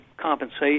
compensation